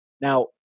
Now